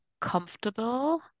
comfortable